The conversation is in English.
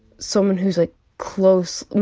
someone who's like close,